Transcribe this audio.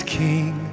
king